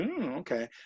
okay